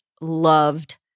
loved